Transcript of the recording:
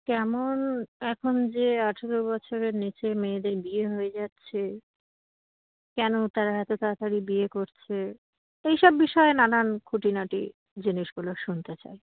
কেমন এখন যে আঠেরো বছরের নিচে মেয়েদের বিয়ে হয়ে যাচ্ছে কেন তারা এত তাড়াতাড়ি বিয়ে করছে এই সব বিষয়ে নানান খুঁটিনাটি জিনিসগুলো শুনতে চাই